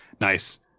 nice